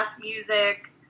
music